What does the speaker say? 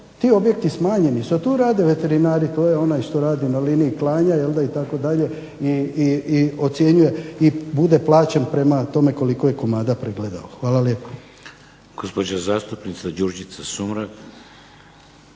Ti objekti smanjeni su, a tu rade veterinari. To je onaj što radi na liniji klanja itd. i ocjenjuje i bude plaćen prema tome koliko je komada pregledao. Hvala lijepa. **Šeks, Vladimir (HDZ)** Gospođa zastupnica Đurđica Sumrak.